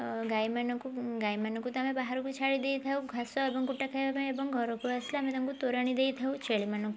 ଗାଈମାନଙ୍କୁ ଗାଈମାନଙ୍କୁ ତ ଆମେ ବାହାରକୁ ଛାଡ଼ିଦେଇଥାଉ ଘାସ ଏବଂ କୁଟା ଖାଇବା ପାଇଁ ଏବଂ ଘରକୁ ଆସିଲେ ଆମେ ତାଙ୍କୁ ତୋରାଣି ଦେଇଥାଉ ଛେଳିମାନ